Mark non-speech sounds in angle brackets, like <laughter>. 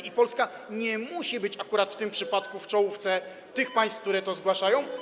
I Polska nie musi być akurat w tym przypadku w czołówce <noise> tych państw, które to zgłaszają.